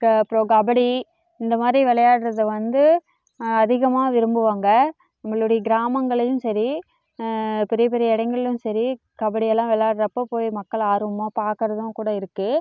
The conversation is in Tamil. க அப்புறோம் கபடி இந்த மாதிரி விளையாடுறத வந்து அதிகமாக விரும்புவாங்க உங்களுடைய கிராமங்கள்லையும் சரி பெரிய பெரிய இடங்கள்லயும் சரி கபடி எல்லாம் விளையாடுறப்போ போய் மக்கள் ஆர்வமாக பார்க்குறதும் கூட இருக்குது